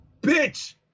bitch